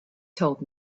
told